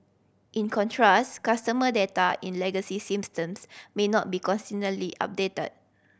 in contrast customer data in legacy systems may not be consistently updated